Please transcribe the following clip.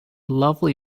lovely